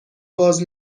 باز